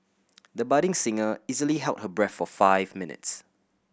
the budding singer easily held her breath for five minutes